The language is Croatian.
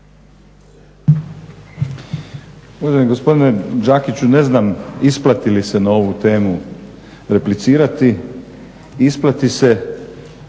Hvala vam